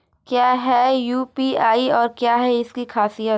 क्या है यू.पी.आई और क्या है इसकी खासियत?